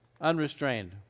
unrestrained